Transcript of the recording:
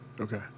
Okay